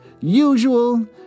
usual